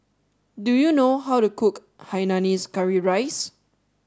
do you know how to cook Hainanese Curry Rice